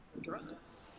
drugs